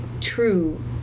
true